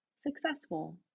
successful